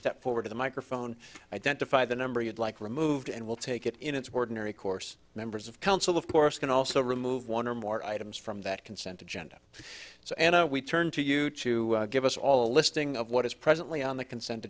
step forward to the microphone identify the number you'd like removed and we'll take it in its ordinary course members of council of course can also remove one or more items from that consent agenda so we turn to you to give us all a listing of what is presently on the consent